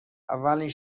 اولین